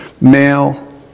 Male